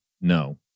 no